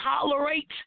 tolerate